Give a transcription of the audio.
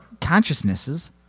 consciousnesses